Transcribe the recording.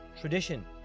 Tradition